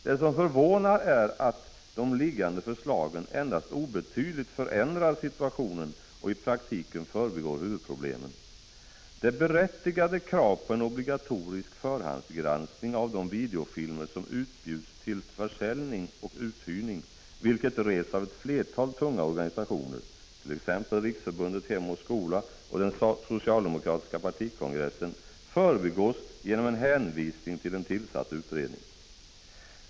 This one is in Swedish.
Det som förvånar är att de liggande förslagen endast obetydligt förändrar situationen och i praktiken förbigår huvudproblemen. Det berättigade krav på en obligatorisk förhandsgranskning av de videofilmer som utbjuds till försäljning och uthyrning, vilket rests av flera tunga organisationer —t.ex. Riksförbundet Hem och Skola och den socialdemokratiska partikongressen — förbigås genom en hänvisning till en tillsatt utredning.